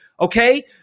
Okay